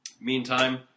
Meantime